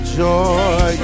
joy